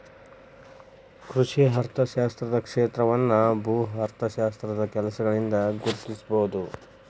ಕೃಷಿ ಅರ್ಥಶಾಸ್ತ್ರದ ಕ್ಷೇತ್ರವನ್ನು ಭೂ ಅರ್ಥಶಾಸ್ತ್ರದ ಕೆಲಸಗಳಿಂದ ಗುರುತಿಸಬಹುದು